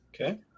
Okay